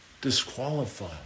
disqualified